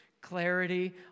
clarity